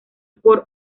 por